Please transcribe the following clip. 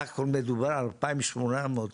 ומדובר סך הכל ב-2800 איש,